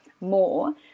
more